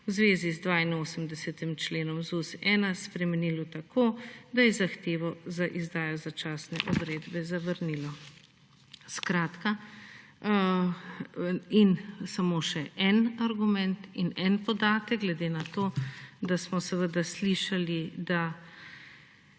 v zvezi z 82. členom ZUS-1 spremenilo tako, da je zahtevo za izdajo začasne odredbe zavrnilo. Še eden argument in eden podatek glede na to, da smo seveda slišali, da